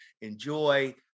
enjoy